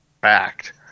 fact